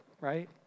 right